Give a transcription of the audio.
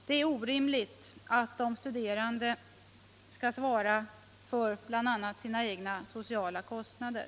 Det är orimligt att de studerande skall svara för bl.a. sina egna sociala kostnader.